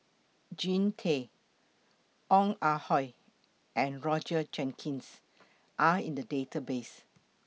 Jean Tay Ong Ah Hoi and Roger Jenkins Are in The Database